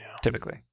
typically